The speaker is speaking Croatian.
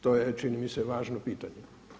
To je čini mi se važno pitanje.